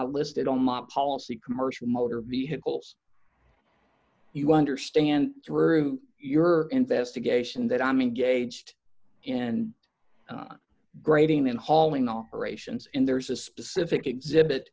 i listed on my policy commercial motor vehicles you understand through your investigation that i'm engaged in grading and hauling operations in there's a specific exhibit